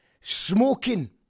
smoking